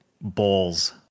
balls